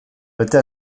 bete